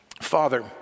Father